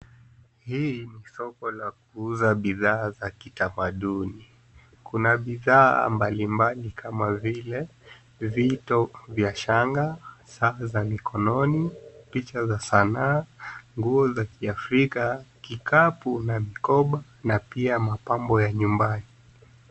Hili ni soko la kuuza bidhaa za kitamaduni. Kuna bidhaa mbalimabli kama vile vito vya shanga, za mikononi, picha za sanaa, nguo za kiafrika , kikapu na mikoba na pia mapambo ya nyumbani.